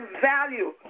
value